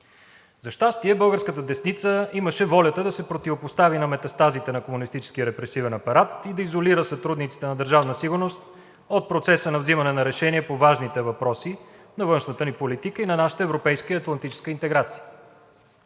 За щастие българската десница имаше волята да се противопостави на метастазите на комунистическия и репресивен апарат и да изолира сътрудниците на Държавна сигурност от процеса на вземане на решения по важните въпроси на външната ни политика и на нашите европейска и атлантическа интеграция.